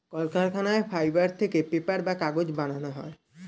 কলকারখানায় ফাইবার থেকে পেপার বা কাগজ বানানো হয়